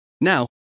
Now